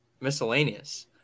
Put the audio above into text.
miscellaneous